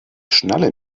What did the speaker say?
schnalle